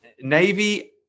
navy